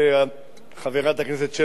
חברת הכנסת שלי יחימוביץ,